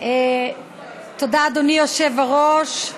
אדוני היושב-ראש.